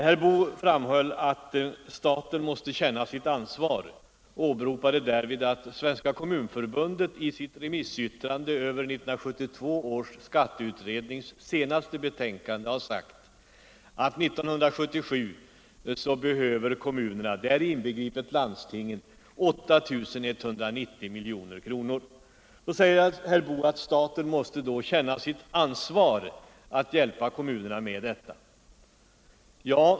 Herr Boo åberopade att Svenska kommunförbundet i sitt remissyttrande över 1972 års skatteutrednings senaste betänkande har sagt att 1977 behöver kommunerna — däri inbegripet landstingen — 8 190 miljoner kronor. Staten måste känna sitt ansvar, menade herr Boo, och hjälpa kommunerna med detta.